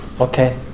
okay